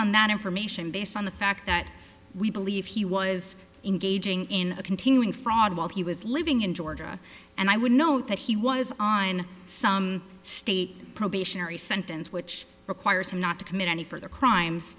on that information based on the fact that we believe he was engaging in a continuing fraud while he was living in georgia and i would note that he was on some state probationary sentence which requires him not to commit any further crimes